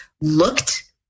looked